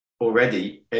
already –